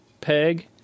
peg